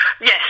yes